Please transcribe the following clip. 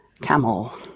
camel